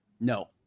no